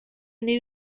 new